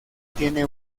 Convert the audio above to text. tiene